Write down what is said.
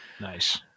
Nice